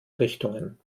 richtungen